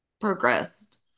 progressed